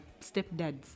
stepdads